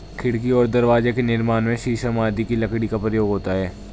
खिड़की और दरवाजे के निर्माण में शीशम आदि की लकड़ी का प्रयोग होता है